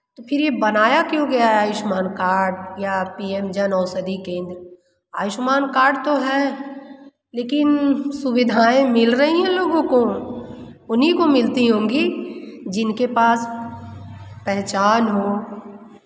तो फिर यह बनाया क्यों गया आयुष्मान कार्ड या P M Jan Aushadhi Kendra Ayushman card तो है लेकिन सुविधाएँ मिल रही है लोगों को उन्हीं को मिलती होगी जिनके पास पहचान हो